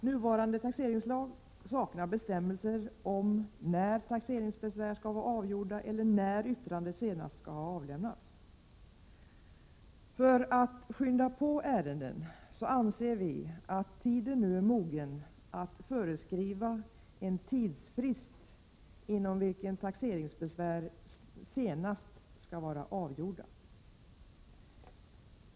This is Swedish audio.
Nuvarande taxeringslag saknar bestämmelser om när taxeringsbesvär skall vara avgjorda eller när yttrande senast skall ha lämnats. För att skynda på ärenden anser vi att tiden nu är mogen att föreskriva en tidsfrist inom vilken taxeringsbesvär senast skall vara avgjorda.